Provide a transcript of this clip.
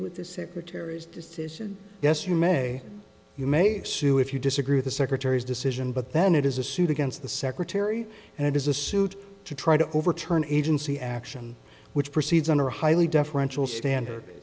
with the secretary's decision yes you may you may sue if you disagree with the secretary's decision but then it is a suit against the secretary and it is a suit to try to overturn agency action which proceeds under highly deferential standard